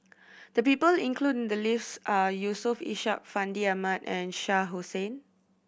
the people included in the list are Yusof Ishak Fandi Ahmad and Shah Hussain